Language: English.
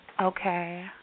Okay